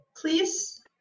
please